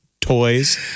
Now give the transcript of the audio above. toys